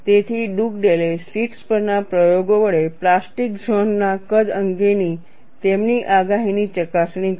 તેથી Dugdale sheets પરના પ્રયોગો વડે પ્લાસ્ટિક ઝોન ના કદ અંગેની તેમની આગાહીની ચકાસણી કરી